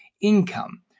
income